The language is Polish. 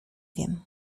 wiem